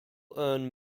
earned